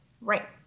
Right